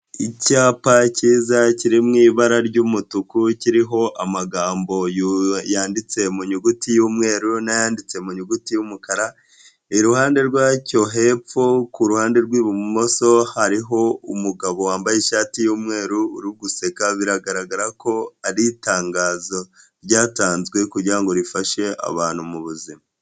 Icyapa cyiza kiri mu ibara ry'umutuku kiriho amagambo yanditse mu nyuguti y'umweru n'ayanditse mu nyuguti y'umukara, iruhande rwacyo hepfo ku ruhande rw'ibumoso hariho umugabo wambaye ishati y'umweru uri guseka, biragaragara ko iri itangazo ryatanzwe kugira ngo rifashe abantu mu buzima.